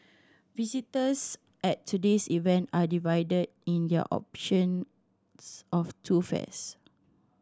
visitors at today's event are divided in their options of two fairs